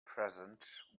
present